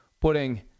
putting